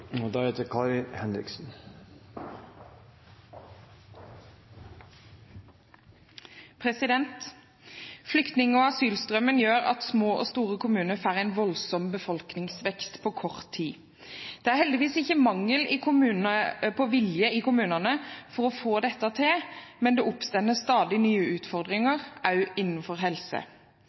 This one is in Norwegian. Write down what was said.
og asylstrømmen gjør at små og store kommuner får en voldsom befolkningsvekst på kort tid. Det er heldigvis ikke mangel på vilje i kommunene for å få dette til, men det oppstår stadig nye utfordringer, også innenfor helse.